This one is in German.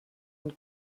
und